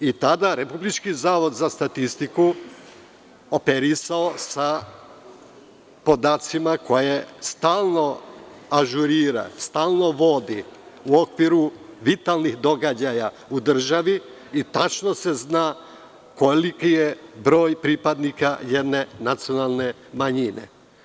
Tada je Republički zavod za statistiku operisao sa podacima koje stalno ažurira, stalno vodi u okviru vitalnih događaja u državi i tačno se zna koliki jebroj pripadnika jedne nacionalne manjine.